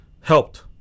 helped